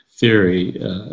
theory